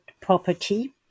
property